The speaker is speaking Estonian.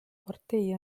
partei